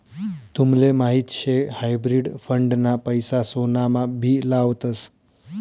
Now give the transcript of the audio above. तुमले माहीत शे हायब्रिड फंड ना पैसा सोनामा भी लावतस